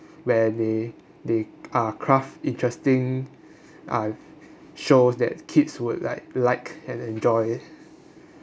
where they they uh craft interesting uh shows that kids would like like and enjoy